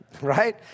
Right